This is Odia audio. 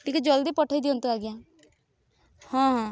ଟିକେ ଜଲଦି ପଠେଇ ଦିଅନ୍ତୁ ଆଜ୍ଞା ହଁ